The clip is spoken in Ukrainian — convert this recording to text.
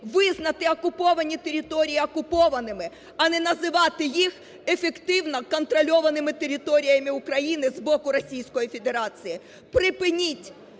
визнати окуповані території окупованими, а не називати їх ефективно контрольованими територіями України з боку Російської